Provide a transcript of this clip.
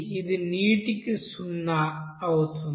ఇది నీటికి సున్నా అవుతుంది